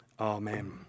Amen